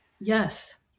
Yes